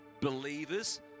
believers